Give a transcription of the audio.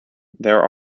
there